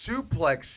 Suplex